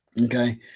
okay